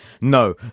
no